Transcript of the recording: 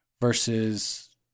versus